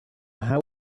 how